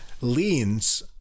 leans